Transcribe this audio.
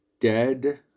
dead